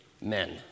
men